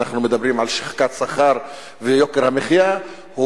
אנחנו מדברים על שחיקת שכר ויוקר המחיה,